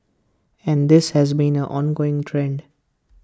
and this has been an ongoing trend